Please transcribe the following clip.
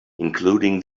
including